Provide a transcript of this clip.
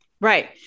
Right